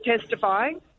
testifying